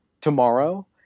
tomorrow